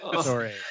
Sorry